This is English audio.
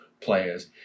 players